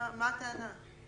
מה הטענה?